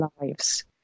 lives